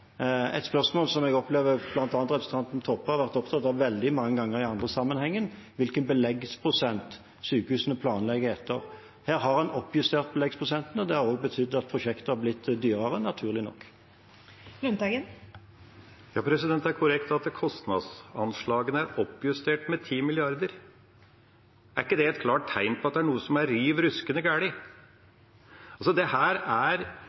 Et spørsmål som jeg opplever at bl.a. representanten Toppe har vært opptatt av veldig mange ganger i andre sammenhenger, er hvilken beleggsprosent sykehusene planlegger etter. Her har en oppjustert beleggsprosenten, og det har også betydd at prosjektet har blitt dyrere, naturlig nok. Per Olaf Lundteigen – til oppfølgingsspørsmål. Det er korrekt at kostnadsanslagene er oppjustert med 10 mrd. kr, men er ikke det et klart tegn på at noe er riv ruskende galt? Det er